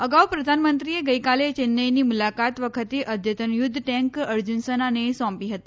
અગાઉ પ્રધાનમંત્રીએ ગઈકાલે ચેન્નઇની મુલાકાત વખતે અદ્યતન યુદ્ધ ટેન્ક અર્જુન સેનાને સોંપી હતી